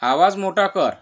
आवाज मोठा कर